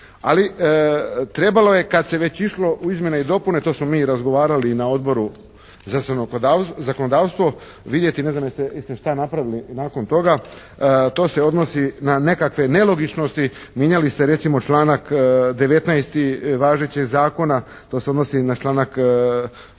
Ali trebalo je kad se već išlo u izmjene i dopune, o tom smo mi razgovarali i na Odboru za zakonodavstvo, vidjeti ne znam, jeste li šta napravili nakon toga? To se odnosi na neke nelogičnosti. Mijenjali ste recimo članak 19. važećeg zakona. To se odnosi na članak